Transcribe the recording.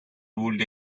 ruled